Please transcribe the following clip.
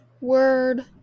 Word